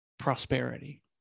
prosperity